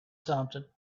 something